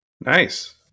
nice